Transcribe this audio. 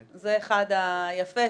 יפה.